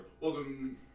Welcome